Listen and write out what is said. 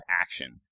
action